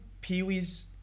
Pee-wee's